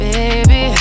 Baby